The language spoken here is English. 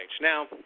Now